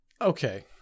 Okay